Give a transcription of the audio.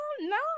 No